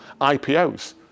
IPOs